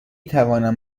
توانم